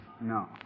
No